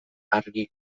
argi